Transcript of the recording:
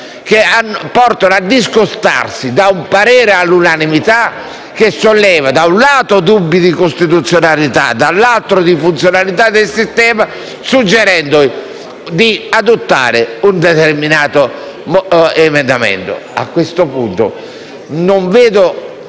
che portano a discostarsi da un parere dato all'unanimità che solleva da un lato dubbi di costituzionalità e dall'altro di funzionalità del sistema, suggerendo di adottare un determinato emendamento. So che non